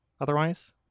otherwise